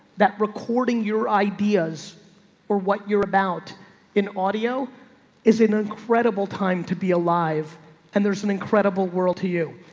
that recording your ideas or what you're about in audio is an incredible time to be alive and there's an incredible world to you.